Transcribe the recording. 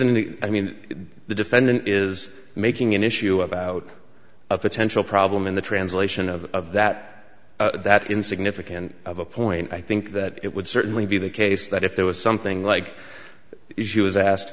a i mean the defendant is making an issue about a potential problem in the translation of that that in significant of a point i think that it would certainly be the case that if there was something like she was asked